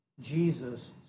Jesus